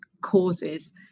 causes